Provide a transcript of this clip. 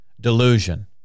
Delusion